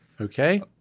Okay